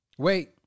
Wait